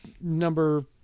number